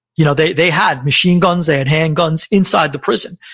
you know they they had machine guns, they had hand guns inside the prison.